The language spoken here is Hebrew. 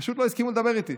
פשוט לא הסכימו לדבר איתי.